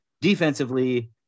defensively